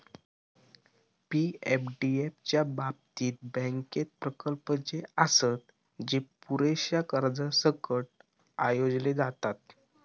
पी.एफडीएफ च्या बाबतीत, बँकेत प्रकल्प जे आसत, जे पुरेशा कर्जासकट आयोजले जातत